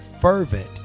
fervent